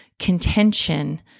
contention